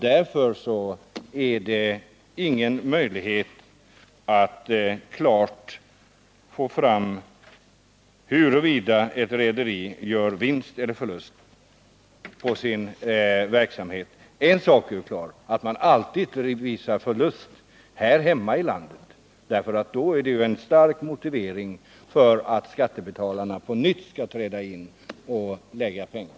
Därför är det inte möjligt att klart ange huruvida ett rederi gör vinst eller förlust på sin verksamhet. En sak är emellertid klar: Man visar alltid förlust här i landet, eftersom det ju är en stark motivering för att skattebetalarna på nytt skall träda in med pengar.